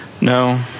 No